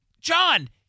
John